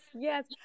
yes